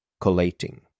collating